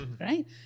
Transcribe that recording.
Right